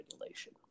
regulation